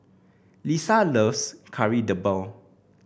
Lissa loves Kari Debal